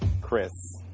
Chris